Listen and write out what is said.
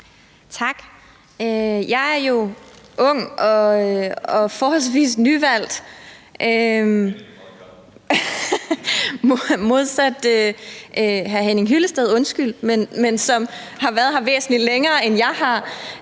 Tak. Jeg er jo ung og forholdsvis nyvalgt modsat hr. Henning Hyllested, undskyld, men som har været her væsentlig længere, end jeg har,